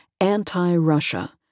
anti-Russia